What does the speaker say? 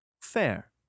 Fair